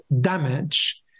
damage